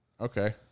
Okay